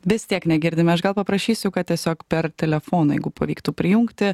vis tiek negirdime aš gal paprašysiu kad tiesiog per telefoną jeigu pavyktų prijungti